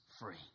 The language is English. free